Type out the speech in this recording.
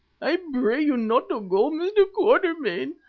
i pray you not to go, mr. quatermain,